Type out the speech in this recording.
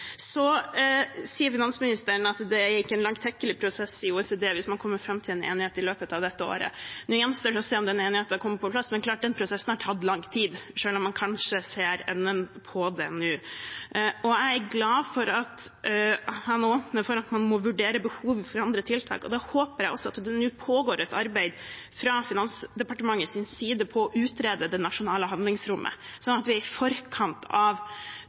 Så sier finansministeren at det ikke er en langtekkelig prosess i OECD hvis man kommer fram til en enighet i løpet av dette året. Nå gjenstår det å se om den enigheten kommer på plass, men det er klart at den prosessen har tatt lang tid, selv om man kanskje ser enden på det nå. Jeg er glad for at han åpner for å vurdere behovet for andre tiltak. Da håper jeg også at det nå pågår et arbeid fra Finansdepartementets side med å utrede det nasjonale handlingsrommet, slik at vi er i forkant av